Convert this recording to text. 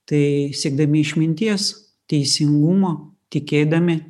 tai siekdami išminties teisingumo tikėdami